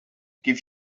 give